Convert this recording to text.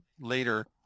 later